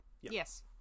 Yes